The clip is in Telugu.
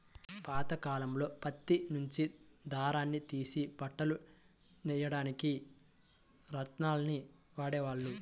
పాతకాలంలో పత్తి నుంచి దారాన్ని తీసి బట్టలు నెయ్యడానికి రాట్నాన్ని వాడేవాళ్ళు